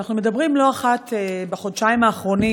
אנחנו מדברים לא אחת בחודשיים האחרונים